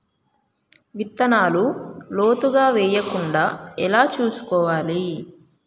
విత్తనాలు లోతుగా వెయ్యకుండా ఎలా చూసుకోవాలి?